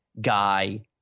guy